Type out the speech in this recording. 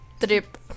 trip